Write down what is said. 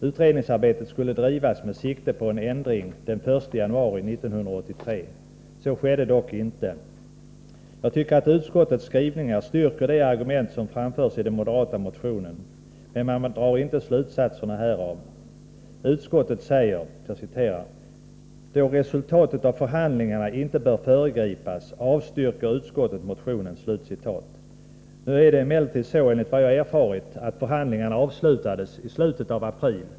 Utredningsarbetet skulle drivas med sikte på en ändring den 1 januari 1983. Så skedde dock inte. Jag tycker att utskottets skrivningar styrker de argument som framförs i den moderata motionen. Man drar dock inte slutsatserna härav. Utskottsmajoriteten skriver: ”Då resultatet av förhandlingarna inte bör föregripas avstyrker utskottet motion 1983/84:2258 .” Nu är det emellertid så, enligt vad jag har erfarit, att förhandlingarna avslutades i slutet av april.